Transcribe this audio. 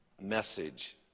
message